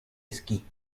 esquí